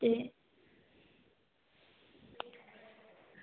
ते